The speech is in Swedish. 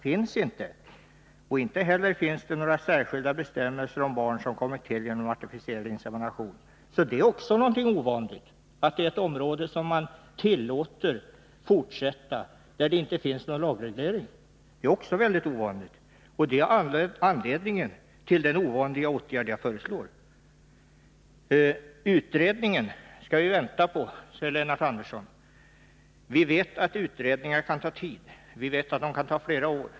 Det finns inte heller några särskilda bestämmelser om de barn som kommer till genom artificiell insemination. Det är också mycket ovanligt att det finns ett område, där man tillåter att en verksamhet fortsätter utan att det finns någon lagreglering. Det är anledningen till den ovanliga åtgärd som mitt förslag innebär. Vi skall vänta på utredningen, säger Lennart Andersson. Men vi vet att utredningar kan ta tid — de kan pågå i flera år.